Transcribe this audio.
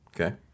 Okay